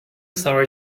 sour